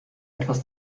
etwas